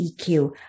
eq